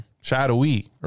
Shadowy